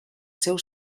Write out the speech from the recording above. seu